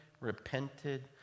repented